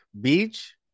Beach